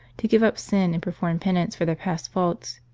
to give up sin, and perform penance for their past faults.